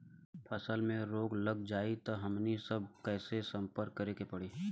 फसल में रोग लग जाई त हमनी सब कैसे संपर्क करें के पड़ी?